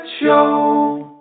Show